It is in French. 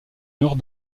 nord